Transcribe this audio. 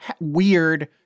weird